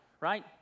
right